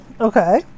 okay